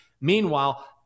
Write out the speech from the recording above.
Meanwhile